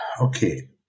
Okay